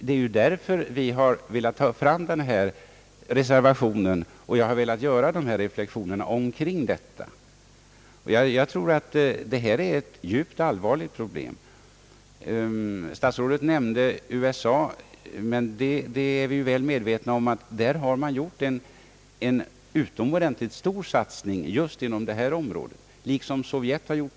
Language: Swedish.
Det är därför vi har velat föra fram denna reservation, och det är därför jag har velat göra dessa reflexioner kring detta problem. Jag tror att det är ett djupt och allvarligt problem. Statsrådet nämnde USA, men vi är väl medvetna om att man där har gjort en utomordentligt stor satsning just inom detta område, liksom Sovjet har gjort.